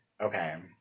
Okay